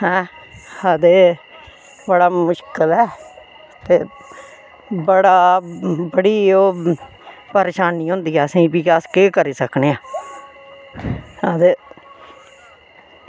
ऐं ते बड़ा मुश्कल ऐ बड़ा बड़ी ओह् परेशानी होंदी असेंगी ते भी अस केह् करी सकने आं ते